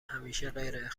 همیشه